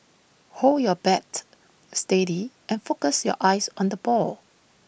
hold your bat steady and focus your eyes on the ball